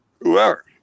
whoever